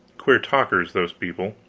queer talkers, those people.